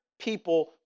people